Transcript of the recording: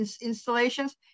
installations